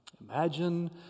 Imagine